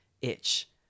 itch